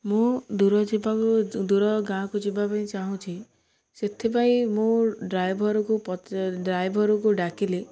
ମୁଁ ଦୂର ଯିବାକୁ ଦୂର ଗାଁକୁ ଯିବା ପାଇଁ ଚାହୁଁଛି ସେଥିପାଇଁ ମୁଁ ଡ୍ରାଇଭର୍କୁ ଡ୍ରାଇଭର୍କୁ ଡାକିଲି